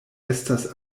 estas